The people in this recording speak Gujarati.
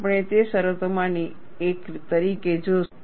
આપણે તેને શરતોમાંની એક તરીકે જોશું